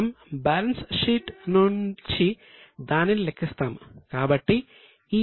మనం balance sheet నుంచి దానిని లెక్కిస్తాము